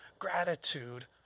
gratitude